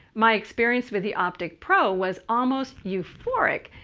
my experience with the opticpro was almost euphoric.